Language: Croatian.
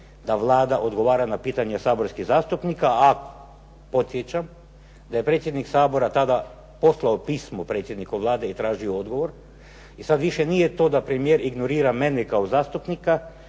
da Vlada odgovara na pitanja saborskih zastupnika, a podsjećam da je predsjednik Sabora tada poslao pismo predsjedniku Vlade i tražio odgovor i sad više nije to da premijer ignorira mene kao zastupnika,